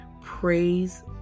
praise